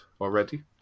already